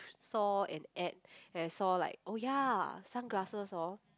saw an ad and I saw like oh ya sunglasses hor